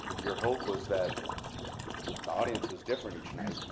your hope was that the audience was different each night.